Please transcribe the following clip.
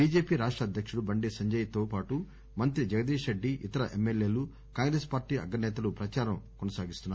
BJP రాష్ట అధ్యకుడు బండి సంజయ్ తో పాటు మంత్రి జగదీష్ రెడ్డి ఇతర ఎమ్మెల్యేలు కాంగ్రెస్ పార్లీ అగ్ర నేతలు ప్రదారం కొనసాగిస్తున్నారు